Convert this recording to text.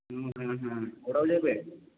হ্যাঁ হ্যাঁ হ্যাঁ ওরাও যাবে